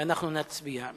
ואנחנו נצביע.